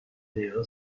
دقیقه